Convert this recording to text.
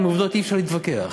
עם עובדות אי-אפשר להתווכח.